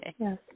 Yes